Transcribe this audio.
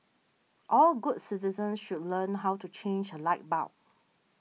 all good citizens should learn how to change a light bulb